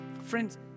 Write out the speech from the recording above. Friends